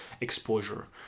exposure